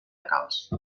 calç